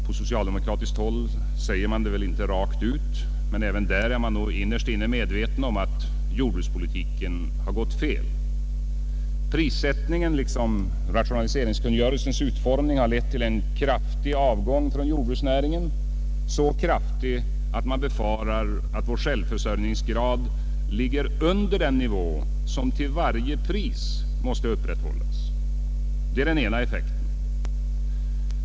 På socialdemokratiskt håll säger man det inte rakt ut, men även där är man nog innerst inne medveten om att jordbrukspolitiken har gått fel. Prissättningen liksom rationaliseringskungörelsens utformning har lett till en kraftig avgång från jordbruksnäringen, så kraftig att man befarar att vår självförsörjningsgrad ligger under den nivå som till varje pris måste upprätthållas. Det är den ena effekten.